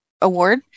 award